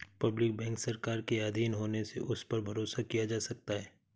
public bank सरकार के आधीन होने से उस पर भरोसा किया जा सकता है